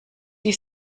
sie